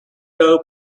doe